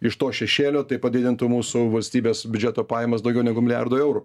iš to šešėlio tai padidintų mūsų valstybės biudžeto pajamas daugiau negu milijardu eurų